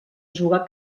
jugar